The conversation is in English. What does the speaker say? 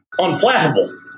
Unflappable